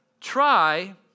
Try